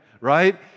right